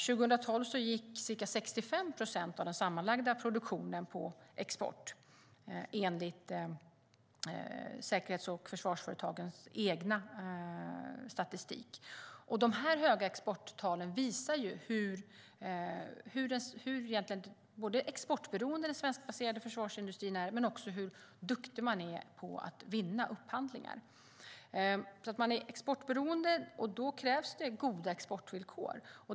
År 2012 gick ca 65 procent av den sammanlagda produktionen på export, enligt Säkerhets och försvarsföretagens egen statistik. De höga exporttalen visar ju hur exportberoende den svenskbaserade försvarsindustrin är, men också hur duktig man är på att vinna upphandlingar. När man är exportberoende krävs det goda exportvillkor.